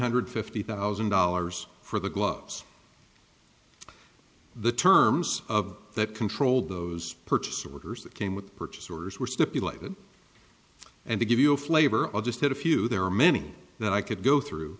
hundred fifty thousand dollars for the gloves the terms of that controlled those purchase orders that came with purchase orders were stipulated and to give you a flavor of just a few there are many that i could go through